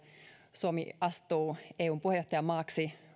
suomi astuu eun puheenjohtajamaaksi